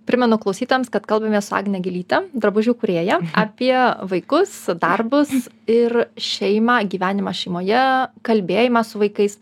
primenu klausytojams kad kalbamės su agne gilyte drabužių kūrėja apie vaikus darbus ir šeimą gyvenimą šeimoje kalbėjimą su vaikais